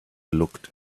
looked